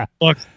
Look